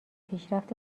پیشرفت